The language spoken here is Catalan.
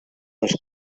les